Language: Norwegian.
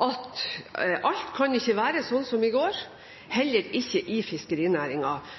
at ikke alt kan være sånn som i går, heller ikke i